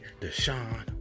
Deshaun